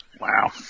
Wow